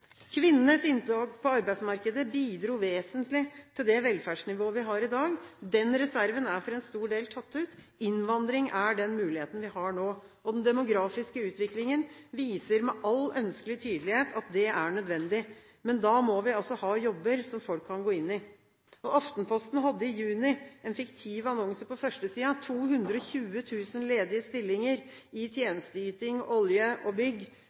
Kvinnenes inntog på arbeidsmarkedet bidro vesentlig til det velferdsnivået vi har i dag. Den reserven er for en stor del tatt ut. Innvandring er den muligheten vi har nå. Den demografiske utviklingen viser med all ønskelig tydelighet at det er nødvendig, men da må vi ha jobber som folk kan gå inn i. Aftenposten hadde i juni en fiktiv annonse på førstesiden: 220 000 ledige stillinger i tjenesteyting, olje og bygg